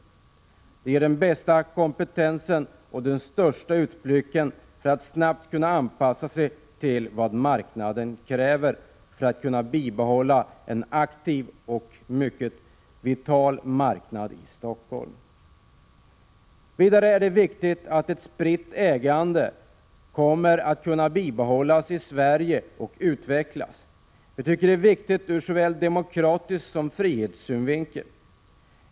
De besitter den bästa kompetensen, och det ger de största utsikterna att snabbt kunna anpassa sig till vad marknaden kräver för att kunna bibehålla en aktiv och vital börs i Stockholm. Vidare är det viktigt att ett spritt ägande kan bibehållas och utvecklas i Sverige. Det är viktigt ur såväl demokratisk som frihetlig synvinkel.